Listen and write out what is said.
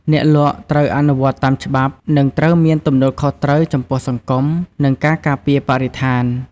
អ្នកលក់ត្រូវអនុវត្តតាមច្បាប់ និងត្រូវមានទំនួលខុសត្រូវចំពោះសង្គម និងការការពារបរិស្ថាន។